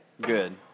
Good